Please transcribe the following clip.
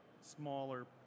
smaller